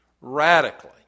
radically